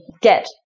get